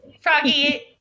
Froggy